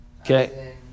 Okay